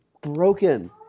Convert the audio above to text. broken